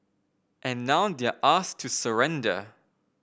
and now they're asked to surrender